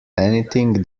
anything